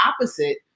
opposite